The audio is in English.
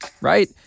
right